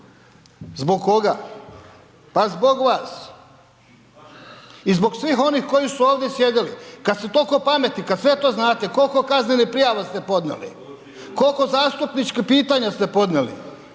zbog koga? Pa zbog vas. I zbog svih onih koji su ovdje sjedili. Kad ste toliko pametni, kad sve to znate, koliko kaznenih prijava ste podnijeli? Koliko zastupničkih pitanja ste podnijeli?